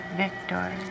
victor